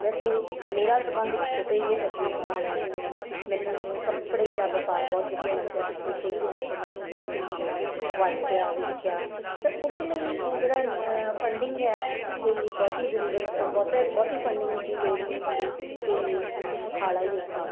ਵੈਸੇ ਮੇਰਾ ਸੰਬੰਧ ਇੱਕ ਛੋਟੇ ਜਿਹੇ ਉਦਯੋਗ ਨਾਲ ਹੈ ਜਿਵੇਂ ਮੈਨੂੰ ਕੱਪੜੇ ਦਾ ਵਪਾਰ ਬਹੁਤ ਵਧੀਆ ਲੱਗਦਾ ਪਿਛਲੇ ਕਈ ਦਿਨਾਂ ਤੋਂ ਮੈਂ ਉਹਨੂੰ ਬਹੁਤ ਚੰਗੀ ਤਰ੍ਹਾਂ ਵਾਚਿਆ ਵੇਖਿਆ ਤਾਂ ਉਹਦੇ ਲਈ ਜਿਹੜਾ ਫੰਡਿੰਗ ਹੈ ਕੋਈ ਬਹੁਤ ਜ਼ਰੂਰਤ ਬਹੁਤ ਬਹੁਤ ਫੰਡਿੰਗ ਦੀ ਲੋੜ ਨਹੀਂ ਹੁੰਦੀ ਅਤੇ ਤੁਸੀਂ ਸੁਖਾਲਾ ਹੀ ਉਸਨੂੰ